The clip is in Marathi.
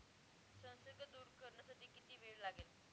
संसर्ग दूर करण्यासाठी किती वेळ लागेल?